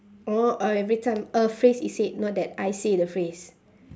oh uh every time a phrase is said not that I say the phrase